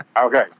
Okay